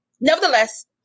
Nevertheless